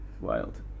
Wild